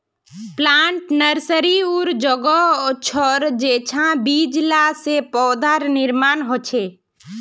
plant nursery उर जोगोह छर जेंछां बीज ला से पौधार निर्माण होछे